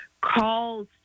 calls